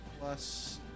plus